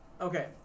Okay